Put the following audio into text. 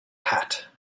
hat